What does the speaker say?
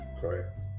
Correct